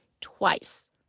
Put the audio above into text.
twice